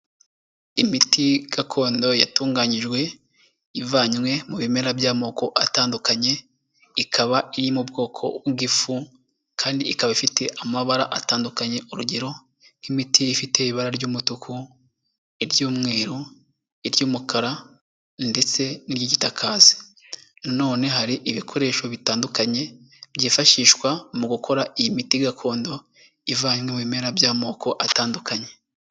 Imiti gakondo yatunganyijwe ivanywe mu bimera by'amoko atandukanye, ikaba iri mu bwoko bw'ifu kandi ikaba ifite amabara atandukanye urugero nk'imiti ifite ibara ry'umutuku, iry'umweru, iry'umukara ndetse n'iryigitakazi na none hari ibikoresho bitandukanye, byifashishwa mu gukora iyi miti gakondo ivanywe mu bimera by'amoko atandukanye.